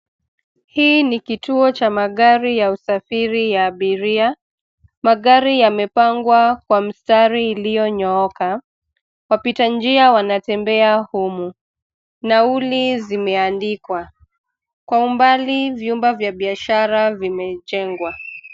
Hii ni kituo cha magari ya usafiri ya abiria. Magari yamepangwa kwa mstari iliyonyooka. Wapita njia wanatembea humu. Nauli zimeandikwa, kwa umbali vyumba vya biashara vimejengwa.